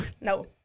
No